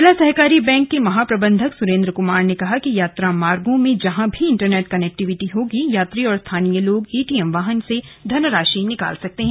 जिला सहकारी बैंक के महाप्रबधंक सुरेन्द्र कुमार ने कहा कि यात्रा मार्गो में जहां भी इन्टरनेट कनेक्टिविटी होगी यात्री और स्थानीय लोग एटीएम वाहन से धनराशि निकाल सकते हैं